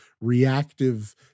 reactive